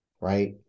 right